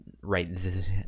right